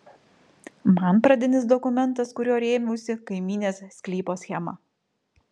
man pradinis dokumentas kuriuo rėmiausi kaimynės sklypo schema